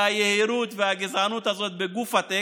היהירות והגזענות הזאת בגוף הטקסט,